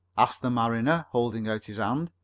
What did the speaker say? asked the mariner, holding out his hand.